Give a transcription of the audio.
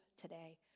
today